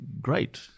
great